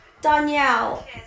Danielle